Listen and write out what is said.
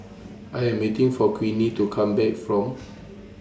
I Am waiting For Queenie to Come Back from